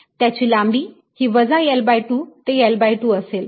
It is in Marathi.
त्याची लांबी ही वजा L2 ते L2 असेल